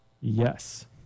Yes